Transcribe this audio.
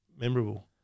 memorable